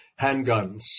handguns